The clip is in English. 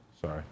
Sorry